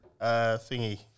thingy